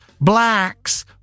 Blacks